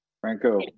Franco